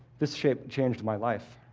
this shape changed my life.